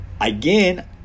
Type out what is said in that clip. again